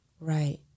Right